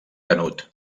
canut